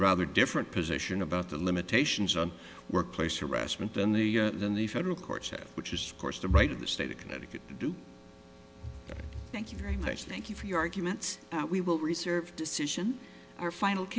rather different position about the limitations on workplace harassment than the than the federal court said which is course the right of the state of connecticut to do thank you very much thank you for your arguments that we will reserve decision our final